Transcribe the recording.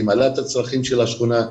היא מכירה את הצרכים של השכונה.